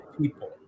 people